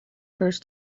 first